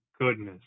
goodness